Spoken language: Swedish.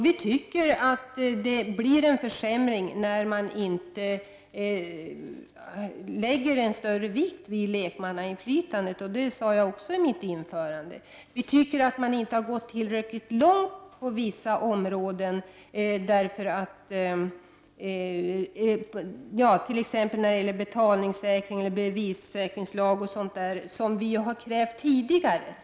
Vi tycker att det blir en försämring när man inte lägger en större vikt vid lekmannainflytandet. Det sade jag också i mitt huvudanförande. Jag tycker att man inte har gått tillräckligt långt på vissa områden, t.ex. när det gäller betalningssäkringsoch bevissäkringslagen, som vi har krävt tidigare.